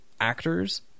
actors